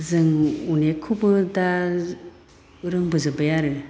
जों अनेगखौबो दा रोंबो जोबबाय आरो